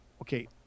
Okay